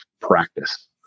practice